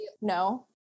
no